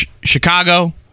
Chicago